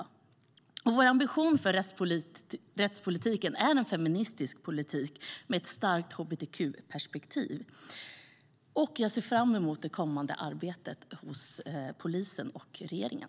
Vänsterpartiets ambition för rättspolitiken är en feministisk rättspolitik med ett starkt hbtq-perspektiv. Jag ser fram emot det kommande arbetet hos polisen och regeringen.